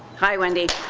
hi, wendy.